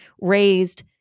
raised